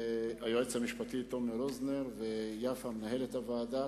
היועץ המשפטי תומר רוזנר ויפה מנהלת הוועדה